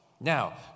Now